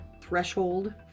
threshold